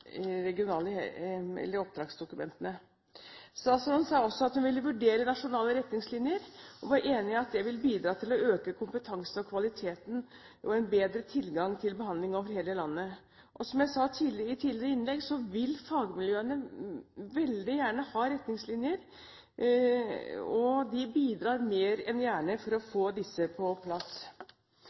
regionale helseforetakene følger opp det som tidligere er blitt gitt gjennom oppdragsdokumentene. Statsråden sa også at hun ville vurdere nasjonale retningslinjer, og var enig i at det vil bidra til å øke kompetansen og kvaliteten og en bedre tilgang til behandling over hele landet. Og som jeg sa i mitt tidligere innlegg, vil fagmiljøene veldig gjerne ha retningslinjer, og de bidrar mer enn gjerne for å få disse på plass.